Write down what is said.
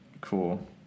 Cool